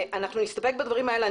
אנחנו נסתפק בדברים האלה.